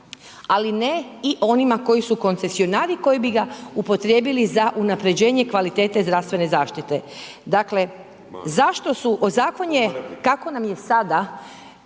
ali ne i onima koji su koncesionari koji bi ga upotrijebili za unapređenje kvalitete zdravstvene zaštite. Dakle, zašto su, zakon je kako nam je sada